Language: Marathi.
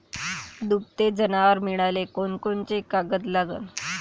दुभते जनावरं मिळाले कोनकोनचे कागद लागन?